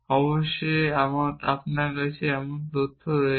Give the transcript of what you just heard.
অবশ্যই আপনার কাছে এমন তথ্য রয়েছে